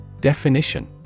Definition